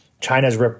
China's